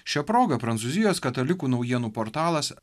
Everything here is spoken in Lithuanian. šia proga prancūzijos katalikų naujienų portalas